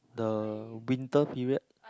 the winter period